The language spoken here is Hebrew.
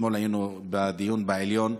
ואתמול היינו בדיון בעליון,